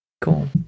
cool